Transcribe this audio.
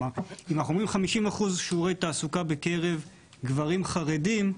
כלומר אם אנחנו אומרים 50% שיעורי תעסוקה בקרב גברים חרדים,